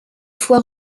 fois